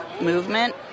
movement